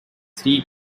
three